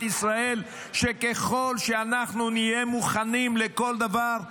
ישראל שככל שאנחנו נהיה מוכנים לכל דבר,